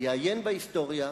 יעיין בהיסטוריה,